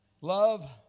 love